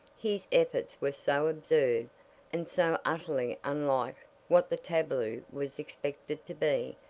his efforts were so absurd and so utterly unlike what the tableau was expected to be,